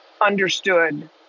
understood